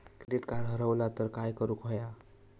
Credit card हरवला तर काय करुक होया?